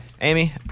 Amy